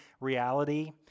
reality